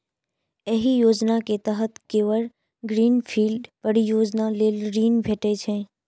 एहि योजना के तहत केवल ग्रीन फील्ड परियोजना लेल ऋण भेटै छै